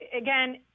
again